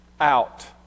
out